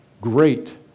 Great